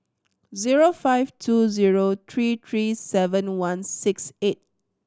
zero five two zero three three seven one six eight